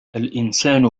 الإنسان